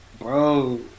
bro